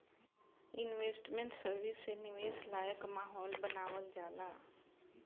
investment service से निवेश लायक माहौल बानावल जाला